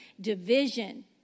division